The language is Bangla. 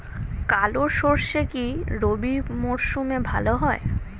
কালো সরষে কি রবি মরশুমে ভালো হয়?